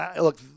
look